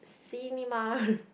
cinema